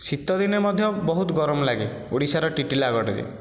ଶୀତଦିନେ ମଧ୍ୟ ବହୁତ ଗରମ ଲାଗେ ଓଡ଼ିଶାର ଟିଟିଲାଗଡ଼ରେ